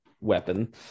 weapon